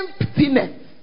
Emptiness